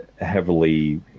heavily